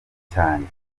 cyanjye